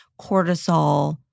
cortisol